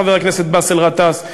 חבר הכנסת באסל גטאס,